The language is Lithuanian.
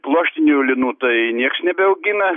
pluoštinių linų tai nieks nebeaugina